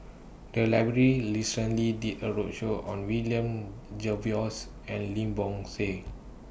The Library recently did A roadshow on William Jervois and Lim Bo Seng